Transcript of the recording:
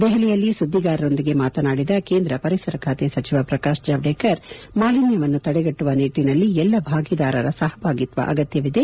ದೆಹಲಿಯಲ್ಲಿ ಸುದ್ದಿಗಾರರೊಂದಿಗೆ ಮಾತನಾಡಿದ ಕೇಂದ್ರ ಪರಿಸರ ಖಾತೆ ಸಚಿವ ಶ್ರಕಾಶ್ ಜಾವಡ್ಕೇರ್ ಮಾಲಿನ್ಯವನ್ನು ತಡೆಗಟ್ಟುವ ನಿಟ್ಟನಲ್ಲಿ ಎಲ್ಲ ಭಾಗಿದಾರರ ಸಹಭಾಗಿತ್ವ ಅಗತ್ಯವಿದೆ